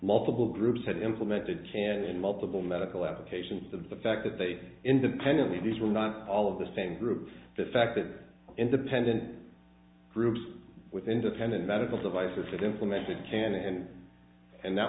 multiple groups had implemented in multiple medical applications of the fact that they independently these were not all of the same groups the fact that independent groups with independent medical devices that implemented can and and that